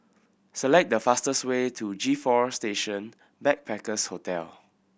select the fastest way to G Four Station Backpackers Hostel